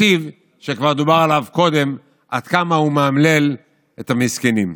לתקציב שכבר דובר עליו קודם עד כמה הוא מאמלל את המסכנים.